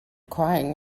crying